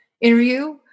interview